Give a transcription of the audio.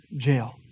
jail